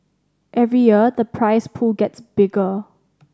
every year the prize pool gets bigger